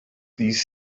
ddydd